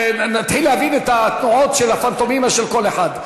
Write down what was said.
נתחיל להבין את תנועות הפנטומימה של כל אחד.